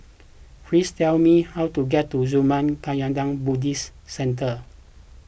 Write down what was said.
please tell me how to get to Zurmang Kagyud Buddhist Centre